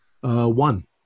one